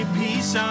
peace